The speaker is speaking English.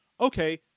Okay